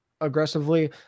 aggressively